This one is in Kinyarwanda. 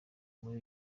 muri